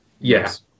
Yes